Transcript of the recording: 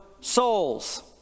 souls